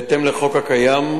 בהתאם לחוק הקיים,